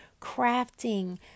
crafting